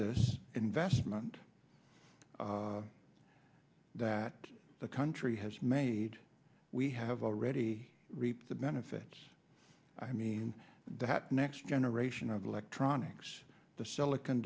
this investment that the country has made we have already reaped the benefits i mean that next generation of electronics the silicon